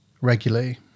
regularly